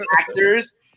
actors